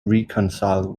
reconciled